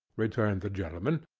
returned the gentleman,